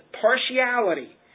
partiality